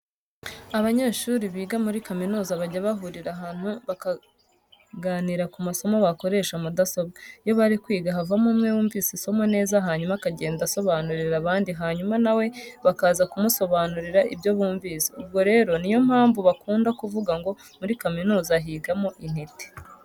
Abanyeshuri biga muri kaminuza bajya bahurira ahantu bakaganira ku masomo bakoresheje mudasobwa. Iyo bari kwiga havamo umwe wumvise isomo neza hanyuma akagenda asobanurira abandi hanyuma na we bakaza kumusobanurira ibyo bumvise. Ubwo rero niyo mpamvu bakunda kuvuga ngo muri kaminuza higamo intiti.